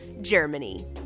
germany